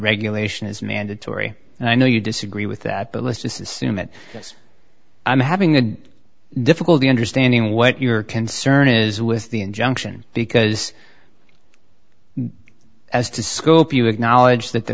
regulation is mandatory and i know you disagree with that but let's just assume it is i'm having a difficulty understanding what your concern is with the injunction because as to scope you acknowledge that the